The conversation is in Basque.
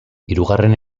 hirugarren